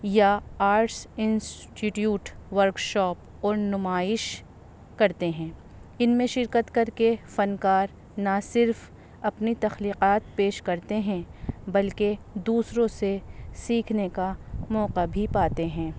یا arts institute workshop اور نمائش کرتے ہیں ان میں شرکت کر کے فنکار نہ صرف اپنی تخلیقات پیش کرتے ہیں بلکہ دوسروں سے سیکھنے کا موقع بھی پاتے ہیں